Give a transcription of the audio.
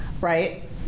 right